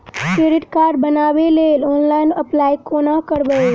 Credit card बनाबै लेल online apply कोना करबै?